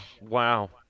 Wow